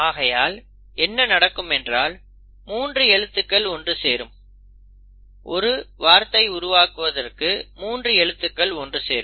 ஆகையால் என்ன நடக்கும் என்றால் மூன்று எழுத்துகள் ஒன்று சேரும் ஒரு வார்த்தை உருவாக்குவதற்கு மூன்று எழுத்துக்கள் ஒன்று சேரும்